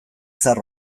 zahar